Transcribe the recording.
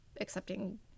accepting